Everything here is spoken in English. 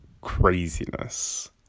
craziness